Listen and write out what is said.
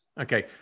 Okay